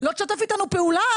אם לא תשתף איתנו פעולה